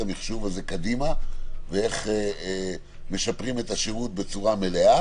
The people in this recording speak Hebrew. המחשוב הזה קדימה ואיך משפרים את השירות בצורה מלאה.